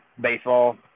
baseball